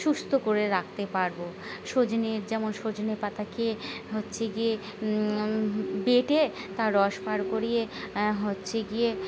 সুস্থ করে রাখতে পারবো সজনে যেমন সজনে পাতা খেয়ে হচ্ছে গিয়ে বেটে তার রস বার করিয়ে হচ্ছে গিয়ে